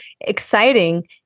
exciting